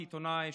כעיתונאי,